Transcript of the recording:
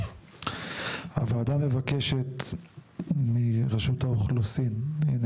הוועדה מבקשת מרשות האוכלוסין וההגירה,